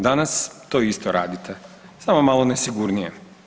Danas to isto radite samo malo nesigurnije.